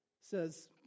says